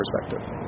perspective